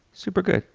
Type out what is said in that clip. super good.